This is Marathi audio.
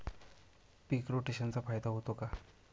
पीक रोटेशनचा फायदा होतो का?